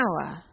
power